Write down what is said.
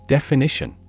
Definition